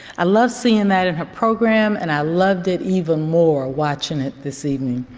i love seeing that in her program and i loved it even more watching it this evening.